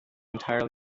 entirely